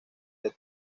del